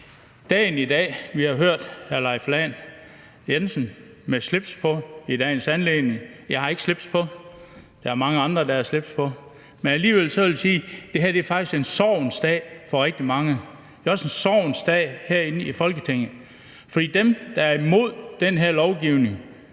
dagen i dag, hvor vi har hørt hr. Leif Lahn Jensen med slips på i dagens anledning – jeg ikke har slips på, men der er mange andre, der har slips på – at det faktisk er en sorgens dag for rigtig mange. Det er også en sorgens dag herinde i Folketinget, for dem, der er imod den her lovgivning,